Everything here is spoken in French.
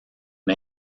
une